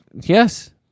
yes